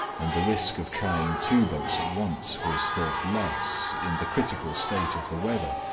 and the risk of trying two boats at once was thought less, in the critical state of the weather,